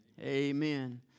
amen